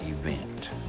event